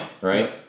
right